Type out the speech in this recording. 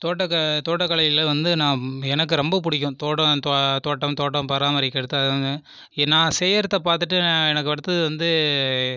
தோட்டம் தோட்டக்கலையில் வந்து நான் எனக்கு ரொம்ப பிடிக்கும் தோட்டம் த தோட்டம் தோட்டம் பராமரிக்கிறது நான் செய்கிறத பார்த்துட்டு எனக்கு அடுத்தது வந்து